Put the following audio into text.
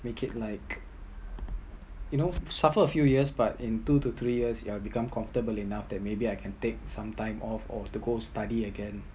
make it like you know suffer a few years but in two to three years you’re become comfortable enough that maybe I can take some time off or to go study again